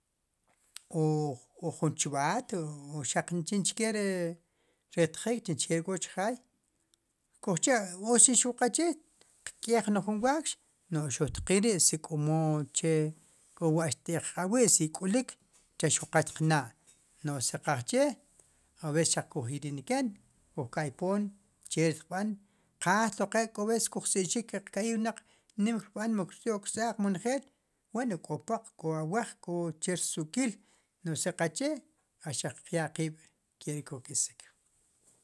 Oo ju chib'at o shaq chinkeri xriqtik chinke k'ochiaj kojcha wu sixuq qaqche xtiqk'iyej ni jun wax nu' xuqtqil ri si komo mu che wa'xt'e q'ab'wi si kolik qaxtiqna' nu' si qaqche aves shaq kujinilken koj kaypon che ri xqb'an qajtloqe' koves koj sik'xik keq kaqiy wna'q nimkb'an mu keryok rsaq njel wen nu' kopoq ko awaj ko che rsuk'kil nu'si qache axaq qyaqib' ke kusk'isik